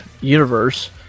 universe